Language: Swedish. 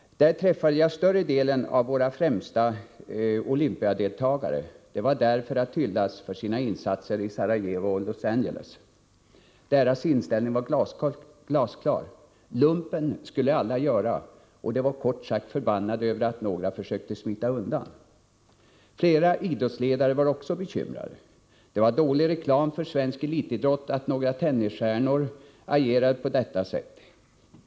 Där träffade jag större delen av våra främsta olympiadeltagare. De var där för att hyllas för sina insatser i Sarajevo och Los Angeles. Deras inställning var glasklar. ”Lumpen” skulle alla göra. De var, kort sagt, arga över att några försökte smita undan. Flera idrottsledare var också bekymrade. Det var dålig reklam för svensk elitidrott att några tennisstjärnor agerade på detta sätt.